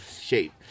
shape